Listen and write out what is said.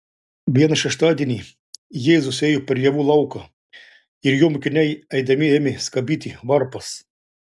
vieną šeštadienį jėzus ėjo per javų lauką ir jo mokiniai eidami ėmė skabyti varpas